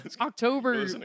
October